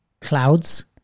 clouds